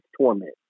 torment